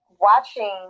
watching